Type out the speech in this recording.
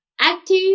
active